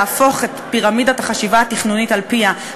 להפוך את פירמידת החשיבה התכנונית על פיה,